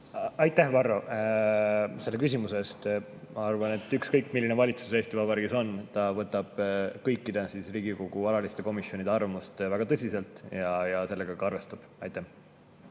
Aitäh, Varro, selle küsimuse eest! Ma arvan, et ükskõik, milline valitsus Eesti Vabariigis on, ta võtab kõikide Riigikogu alatiste komisjonide arvamust väga tõsiselt ja sellega ka arvestab. Aitäh,